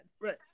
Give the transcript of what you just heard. Right